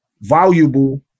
valuable